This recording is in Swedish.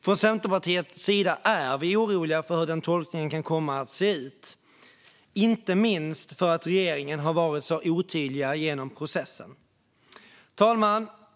Från Centerpartiets sida är vi oroliga för hur denna tolkning kan komma att se ut, inte minst för att regeringen har varit så otydlig genom processen. Fru talman!